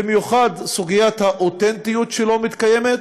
ובייחוד סוגיית האותנטיות לא מתקיימת.